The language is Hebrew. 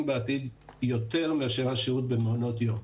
בעתיד יותר מאשר השהות במעונות יום.